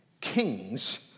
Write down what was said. kings